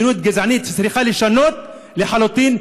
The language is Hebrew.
מדיניות גזענית שצריכה להשתנות לחלוטין,